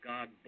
God